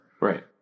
Right